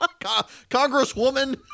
Congresswoman